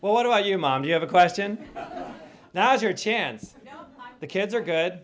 well what about your mom you have a question now is your chance the kids are good